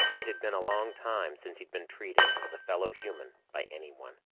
it had been a long time since he'd been treated as a fellow human by anyone.